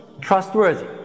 trustworthy